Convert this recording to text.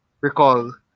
recall